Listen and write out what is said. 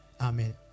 Amen